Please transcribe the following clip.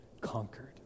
conquered